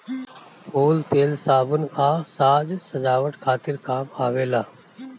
फूल तेल, साबुन आ साज सजावट खातिर काम आवेला